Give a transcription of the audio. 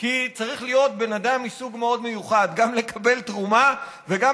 כי צריך להיות בן אדם מסוג מאוד מיוחד גם לקבל תרומה וגם